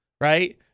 right